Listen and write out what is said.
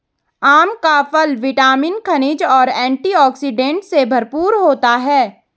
आम का फल विटामिन, खनिज और एंटीऑक्सीडेंट से भरपूर होता है